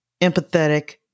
empathetic